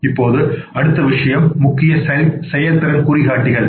இப்போது அடுத்த விஷயம் முக்கிய செயல்திறன் குறிகாட்டிகள்